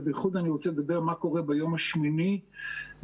ובייחוד אני רוצה לדבר מה קורה ביום השמיני לאחר